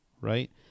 right